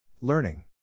Learning